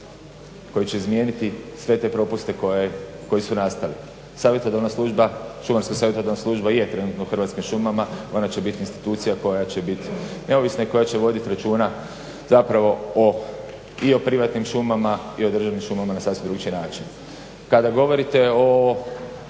koji će izmijeniti sve te propuste koji su nastali. Savjetodavna služba, šumarska savjetodavna služba je trenutno u Hrvatskim šumama, ona će biti institucija koja će biti neovisna i koja će voditi računa zapravo i o privatnim šumama i o državnim šumama na sasvim drugačiji način. Kada govorite o